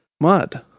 Mud